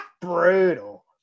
brutal